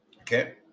Okay